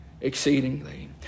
exceedingly